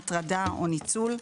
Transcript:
הטרדה או ניצול.